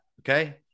Okay